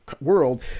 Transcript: world